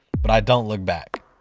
but i don't look back.